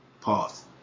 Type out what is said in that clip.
Pause